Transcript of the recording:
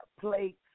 plates